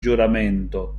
giuramento